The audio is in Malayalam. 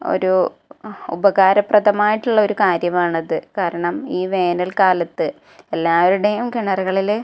ഒരു ഉപകാരപ്രദമായിട്ടുള്ള ഒരു കാര്യമാണ് അത് കാരണം ഈ വേനൽ കാലത്ത് എല്ലാവരുടെയും കിണറുകളിൽ